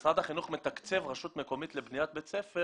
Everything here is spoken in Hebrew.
שכשמשרד החינוך מתקצב רשות מקומית לבניית בית ספר